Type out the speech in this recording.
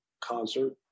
concert